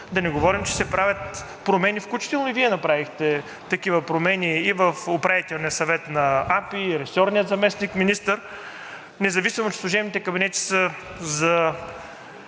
да не говорим, че се правят промени, включително и Вие направихте такива промени – и в Управителния съвет на АПИ, и ресорния заместник-министър, независимо че служебните кабинети са за